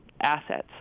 assets